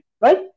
right